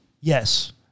Yes